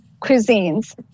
cuisines